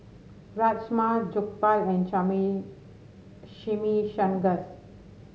Rajma Jokbal and Chimichangas